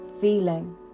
feeling